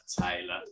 Taylor